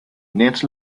net